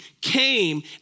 came